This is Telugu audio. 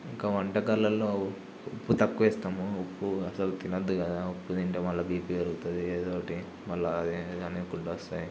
ఇంకా వంటకాలలో ఉప్పు తక్కువ వేస్తాము ఉప్పు అసలు తినదు కదా ఉప్పు తింటే మళ్ల బీపీ పెరుగుతుంది ఏదో ఒకటి మళ్ల వస్తాయి